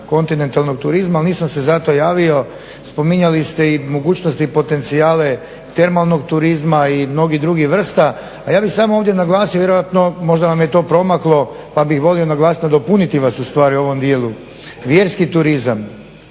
kontinentalnog turizma ali nisam se zato javio. Spominjali ste i mogućnosti i potencijale termalnog turizma i mnogih drugih vrsta a ja bih samo ovdje naglasio vjerojatno možda vam je to promaklo pa bih volio naglas nadopuniti vas u stvari u ovom dijelu. Vjerski turizam